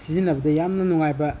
ꯁꯤꯖꯤꯟꯅꯕꯗ ꯌꯥꯝꯅ ꯅꯨꯡꯉꯥꯏꯕ